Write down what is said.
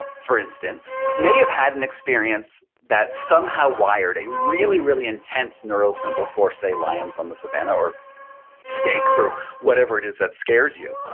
for instance, may have had an experience that somehow wired a really, really intense neural symbol for, say lions on the savanna, or snakes, or whatever it is that scares you.